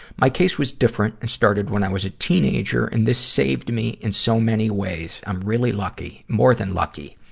my case was different and started when i was a teenager, and this saved me in so many ways. i'm really lucky, more than lucky.